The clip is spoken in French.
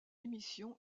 émission